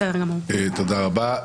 תודה רבה.